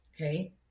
Okay